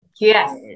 Yes